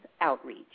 outreach